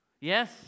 Yes